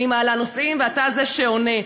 אני מעלה נושאים ואתה זה שעונה.